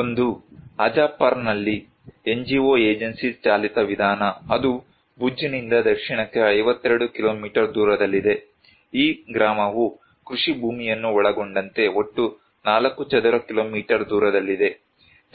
ಒಂದು ಹಜಾಪರ್ನಲ್ಲಿ NGO agency ಚಾಲಿತ ವಿಧಾನ ಅದು ಭುಜ್ನಿಂದ ದಕ್ಷಿಣಕ್ಕೆ 52 ಕಿಲೋಮೀಟರ್ ದೂರದಲ್ಲಿದೆ ಈ ಗ್ರಾಮವು ಕೃಷಿ ಭೂಮಿಯನ್ನು ಒಳಗೊಂಡಂತೆ ಒಟ್ಟು 4 ಚದರ ಕಿಲೋಮೀಟರ್ ದೂರದಲ್ಲಿದೆ